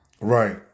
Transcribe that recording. Right